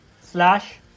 slash